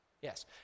Yes